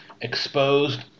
exposed